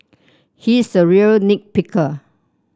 he is a real nit picker